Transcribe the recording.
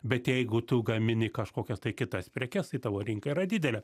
bet jeigu tu gamini kažkokias tai kitas prekes tai tavo rinka yra didelė